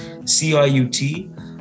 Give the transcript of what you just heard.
CIUT